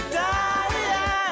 die